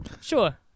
Sure